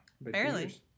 Barely